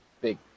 big